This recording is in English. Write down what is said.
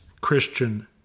Christian